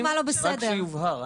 רק שיובהר.